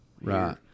Right